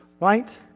Right